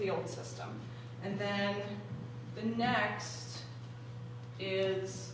the old system and then the next is